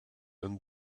and